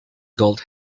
gold